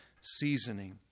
seasoning